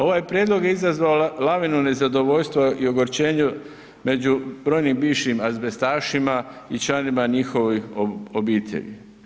Ovaj prijedlog je izazvao lavinu nezadovoljstva i ogorčenja među brojnim bivšim azbestašima i članovima njihovih obitelji.